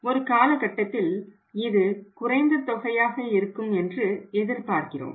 ஒரு காலகட்டத்தில் இது குறைந்த தொகையாக இருக்கும் என்று எதிர்பார்க்கிறோம்